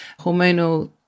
hormonal